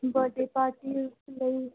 birthday party ਲਈ